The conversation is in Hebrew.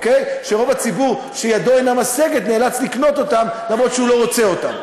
שרוב הציבור שידו אינה משגת נאלץ לקנות אותם למרות שהוא לא רוצה אותם.